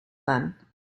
then